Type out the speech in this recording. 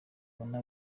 ubona